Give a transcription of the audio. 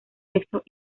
sexos